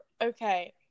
Okay